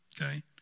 okay